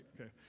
Okay